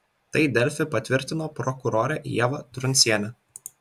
tai delfi patvirtino prokurorė ieva truncienė